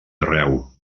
arreu